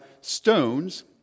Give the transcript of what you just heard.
stones